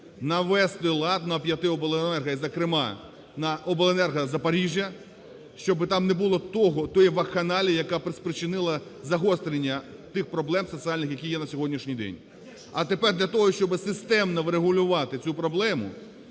навести лад на п'яти обленерго, і, зокрема, на обленерго Запоріжжя, щоб там не було тієї вакханалії, яка спричинила загострення тих проблем соціальних, які є на сьогоднішній день. А тепер для того, щоб системно врегулювати цю проблему,